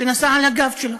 שנשא על הגב שלו.